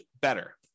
better